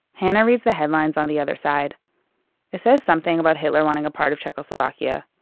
hana reads the headlines on the other side. it says something about hitler wanting a part of czechoslovakia,